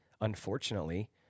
unfortunately